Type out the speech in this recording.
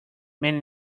many